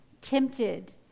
tempted